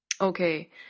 Okay